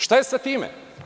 Šta je sa time?